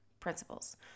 principles